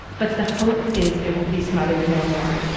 but the hope is it will be smothered no more.